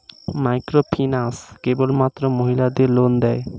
Microfinance কেবলমাত্র মহিলাদের loan দেয়?